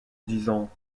disant